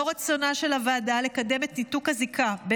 לאור רצונה של הוועדה לקדם את ניתוק הזיקה של